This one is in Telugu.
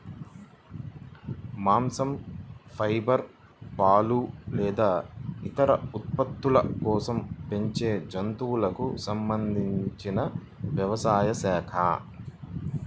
మాంసం, ఫైబర్, పాలు లేదా ఇతర ఉత్పత్తుల కోసం పెంచే జంతువులకు సంబంధించిన వ్యవసాయ శాఖ